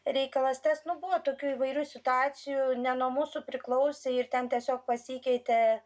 reikalas tas nu buvo tokių įvairių situacijų ne nuo mūsų priklausė ir ten tiesiog pasikeitė